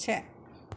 से